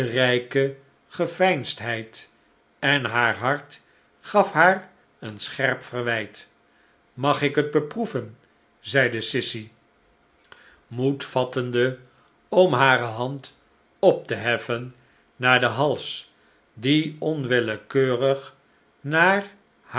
liefderijke geveinsdheid en haar hart gaf haar een scherp verwijt mag ik het beproeven zeide sissy moed mag sissy hbt beproeven vattende om hare hand op te heffen naar den hals die onwillekeurig naar